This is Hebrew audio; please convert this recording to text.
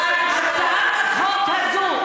להצעת החוק הזו.